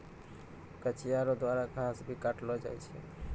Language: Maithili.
कचिया रो द्वारा घास भी काटलो जाय छै